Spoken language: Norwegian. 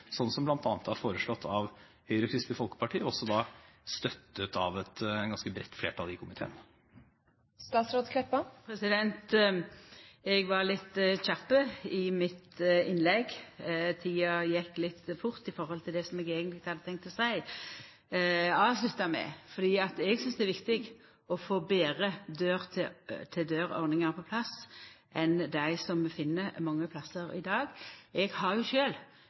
som bl.a. er foreslått av Høyre og Kristelig Folkeparti, og med støtte av et ganske bredt flertall i komiteen? Eg var litt kjapp i innlegget mitt, tida gjekk litt fort i høve til det som eg eigentleg hadde tenkt å avslutta med. Eg synest det er viktig å få betre dør-til-dør-ordningar på plass enn dei som vi finn mange plassar i dag. Eg har